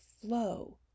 flow